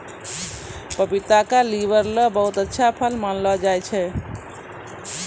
पपीता क लीवर ल बहुत अच्छा फल मानलो जाय छै